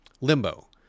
Limbo